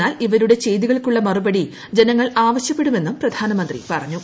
എന്നാൽ ഇവരുടെ ചെയ്തികൾക്കുള്ള മറുപടി ജനങ്ങൾ ആവശ്യപ്പെടുമെന്നും പ്രധാനമന്ത്രി പറഞ്ഞു